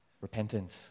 repentance